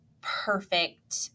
perfect